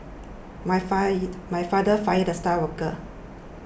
my fired my father fired the star worker